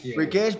Porque